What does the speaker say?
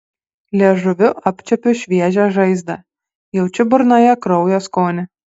liežuviu apčiuopiu šviežią žaizdą jaučiu burnoje kraujo skonį